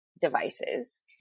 devices